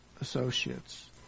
associates